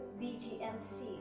BGMC